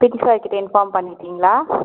PT sir கிட்டே inform பண்ணிட்டீங்களா